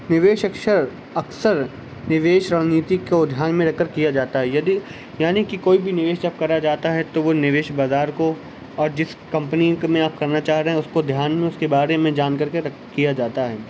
نویش اکثر اکثر نویش رڑنیتی کو دھیان میں رکھ کر کیا جاتا ہے یدی یعنی کہ کوئی بھی نویش جب کرا جاتا ہے تو وہ نویش بازار کو اور جس کمپنی میں آپ کرنا چاہ رہے ہیں اس کو دھیان میں اس کے بارے جان کر کے کیا جاتا ہے